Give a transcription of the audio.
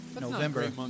November